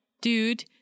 dude